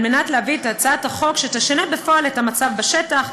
כדי להביא הצעת חוק שתשנה בפועל את המצב בשטח.